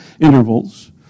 intervals